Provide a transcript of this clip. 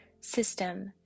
system